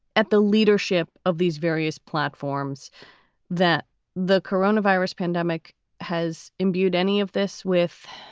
at the leadership of these various platforms that the coronavirus pandemic has imbued any of this with.